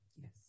Yes